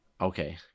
Okay